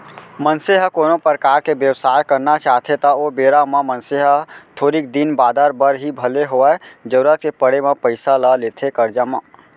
मनसे ह कोनो परकार के बेवसाय करना चाहथे त ओ बेरा म मनसे ह थोरिक दिन बादर बर ही भले होवय जरुरत के पड़े म पइसा ल लेथे करजा म